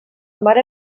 mare